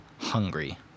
hungry